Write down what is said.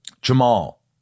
Jamal